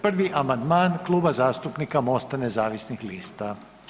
Prvi amandman Kluba zastupnika Mosta nezavisnih lista.